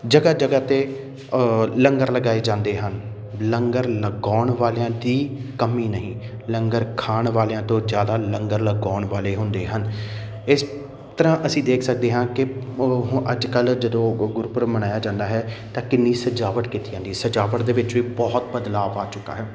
ਜਗ੍ਹਾ ਜਗ੍ਹਾ 'ਤੇ ਲੰਗਰ ਲਗਾਏ ਜਾਂਦੇ ਹਨ ਲੰਗਰ ਲਗਾਉਣ ਵਾਲਿਆਂ ਦੀ ਕਮੀ ਨਹੀਂ ਲੰਗਰ ਖਾਣ ਵਾਲਿਆਂ ਤੋਂ ਜ਼ਿਆਦਾ ਲੰਗਰ ਲਗਾਉਣ ਵਾਲੇ ਹੁੰਦੇ ਹਨ ਇਸ ਤਰ੍ਹਾਂ ਅਸੀਂ ਦੇਖ ਸਕਦੇ ਹਾਂ ਕਿ ਉਹ ਅੱਜ ਕੱਲ੍ਹ ਜਦੋਂ ਗੁਰਪੁਰਬ ਮਨਾਇਆ ਜਾਂਦਾ ਹੈ ਤਾਂ ਕਿੰਨੀ ਸਜਾਵਟ ਕੀਤੀ ਜਾਂਦੀ ਸਜਾਵਟ ਦੇ ਵਿੱਚ ਵੀ ਬਹੁਤ ਬਦਲਾਅ ਆ ਚੁੱਕਾ ਹੈ